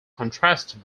contrasted